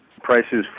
prices